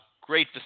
Great